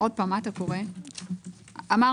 יש